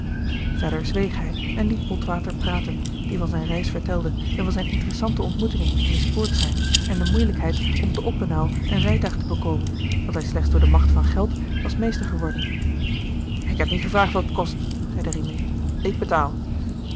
verder zweeg hij en liet botwater praten die van zijne reis vertelde en van zijne interessante ontmoetingen in den spoortrein en de moeielijkheid om te oppenau een rijtuig te bekomen dat hij slechts door macht van geld was meester geworden ik heb niet gevraagd wat het kost zeide rimini ik betaal